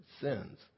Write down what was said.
sins